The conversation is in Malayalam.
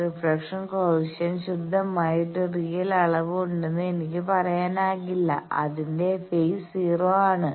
റീഫ്ലക്ഷൻ കോയെഫിഷ്യന്റ് ശുദ്ധമായ ഒരു റിയൽ അളവ് ഉണ്ടെന്ന് എനിക്ക് പറയാനാകില്ലേ അതിന്റെ ഫെയ്സ് 0 ആണ്